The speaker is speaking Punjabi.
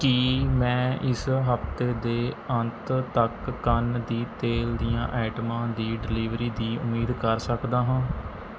ਕੀ ਮੈਂ ਇਸ ਹਫਤੇ ਦੇ ਅੰਤ ਤੱਕ ਕੰਨ ਦੀ ਤੇਲ ਦੀਆਂ ਆਈਟਮਾਂ ਦੀ ਡਿਲੀਵਰੀ ਦੀ ਉਮੀਦ ਕਰ ਸਕਦਾ ਹਾਂ